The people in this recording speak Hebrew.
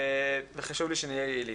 וחשוב לי שנהיה יעילים.